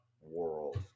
world